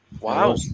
Wow